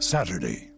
Saturday